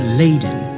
laden